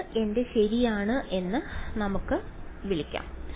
ഇത് എന്റെ ശരിയാണ് എന്ന് നമുക്ക് വിളിക്കാം